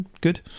Good